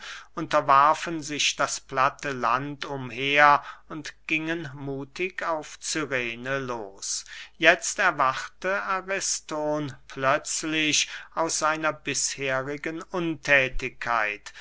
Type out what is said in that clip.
unterwarfen sich das platte land umher und gingen muthig auf cyrene los jetzt erwachte ariston plötzlich aus seiner bisherigen unthätigkeit